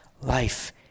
Life